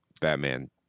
Batman